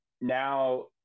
now